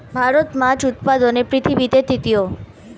ভারত মাছ উৎপাদনে পৃথিবীতে তৃতীয়